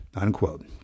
Unquote